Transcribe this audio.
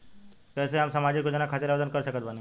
कैसे हम सामाजिक योजना खातिर आवेदन कर सकत बानी?